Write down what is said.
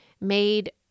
made